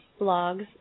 blogs